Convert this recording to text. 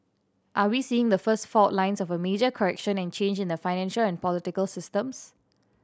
are we seeing the first fault lines of a major correction and change in the financial and political systems